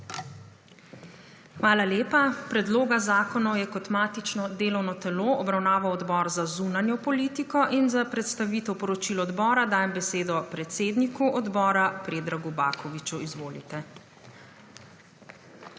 Hvala lepa. Predloga zakonov je kot matično delovno telo obravnaval Odbor za zunanjo politiko in za predstavitev poročil odbora dajem besedo predsedniku odbora Predragu Bakoviću. Izvolite.